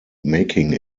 making